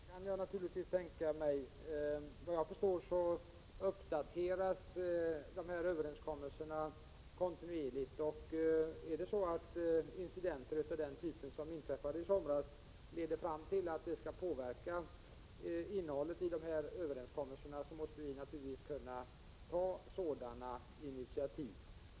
Herr talman! Det kan jag naturligtvis tänka mig. Enligt vad jag förstår uppdateras överenskommelsen kontinuerligt, och är det så att incidenter av det slag som inträffade i somras ger anledning för oss att försöka påverka innehållet i överenskommelserna, måste vi naturligtvis ta sådana initiativ.